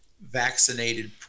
vaccinated